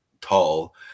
tall